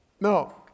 No